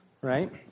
right